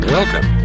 Welcome